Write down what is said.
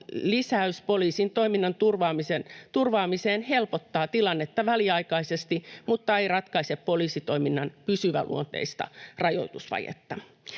lisäys poliisin toiminnan turvaamiseen helpottaa tilannetta väliaikaisesti mutta ei ratkaise poliisitoiminnan pysyväluonteista rahoitusvajetta.